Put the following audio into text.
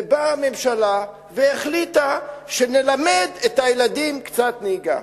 ובאה הממשלה והחליטה שנלמד את הילדים קצת נהיגה.